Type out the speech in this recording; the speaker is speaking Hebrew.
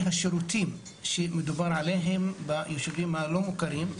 השירותים שדובר עליהם ביישובים הלא מוכרים.